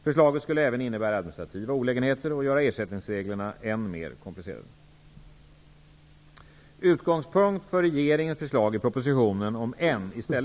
Förslaget skulle även innebära administrativa olägenheter och göra ersättningsreglerna än mer komplicerade.